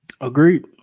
Agreed